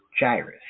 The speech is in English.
gyrus